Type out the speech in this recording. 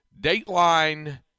Dateline